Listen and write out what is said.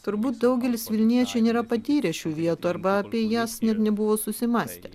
turbūt daugelis vilniečių nėra patyrę šių vietų arba apie jas net nebuvo susimąstę